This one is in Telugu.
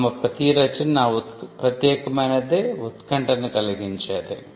ఆమె ప్రతీ రచన ప్రత్యేకమైనదే ఉత్కంటను కలిగించిదే